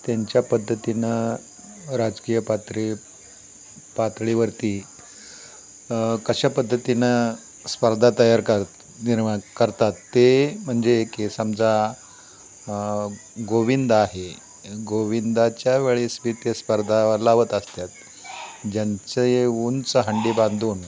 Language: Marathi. त्यांच्या पद्धतीनं राजकीय पात्री पातळीवरती कशा पद्धतीनं स्पर्धा तयार कर निर्माण करतात ते म्हणजे की समजा गोविंदा आहे गोविंदाच्या वेळेस बी ते स्पर्धा लावत असतात ज्यांचे उंच हंडी बांधून